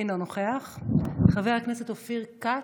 אינו נוכח, חבר הכנסת אופיר כץ,